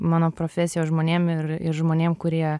mano profesijos žmonėm ir ir žmonėm kurie